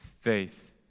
faith